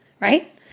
right